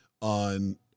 on